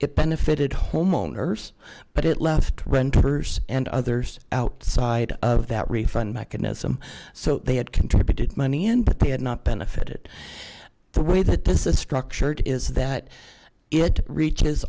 it benefited homeowners but it left renters and others outside of that refund mechanism so they had contributed money in but they had not benefited the way that this is structured is that it reaches